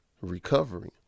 recovery